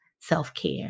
self-care